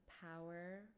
power